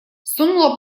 сунула